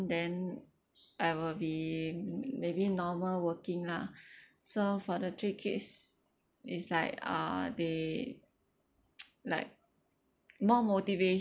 then I will be maybe normal working lah so for the three kids it's like uh they like more motivation